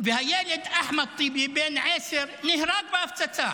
והילד אחמד טיבי, בן עשר, נהרג בהפצצה.